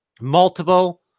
multiple